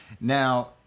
Now